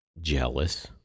jealous